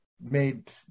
made